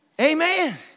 Amen